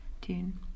tune